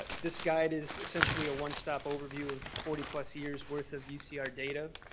but this guide is essentially a one-stop overview of forty plus years worth of ucr data.